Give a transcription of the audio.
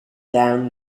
down